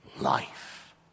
life